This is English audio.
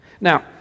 Now